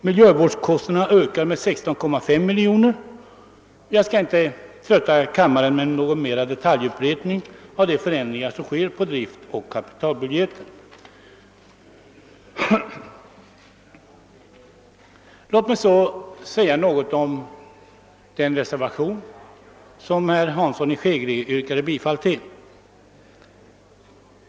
Miljövårdskostnaderna ökar med 16,5 miljoner. Jag skall inte trötta kammaren med någon detaljupprepning av de förändringar som sker på driftoch kapitalbudgeten. Låt mig så säga några ord om den reservation som herr Hansson i Skegrie yrkade bifall till.